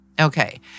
Okay